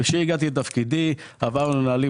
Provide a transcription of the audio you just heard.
כאשר אני הגעתי לתפקידי עברנו על הנהלים